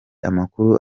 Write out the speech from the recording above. amakuru